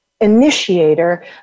initiator